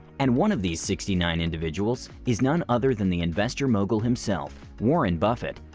and one of these sixty nine individuals is none other than the investor mogul himself, warren buffett.